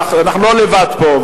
אנחנו לא לבד פה,